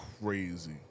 Crazy